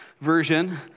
version